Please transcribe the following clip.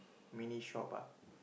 mini shop ah